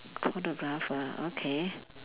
photographer okay